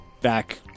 back